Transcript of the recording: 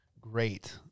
great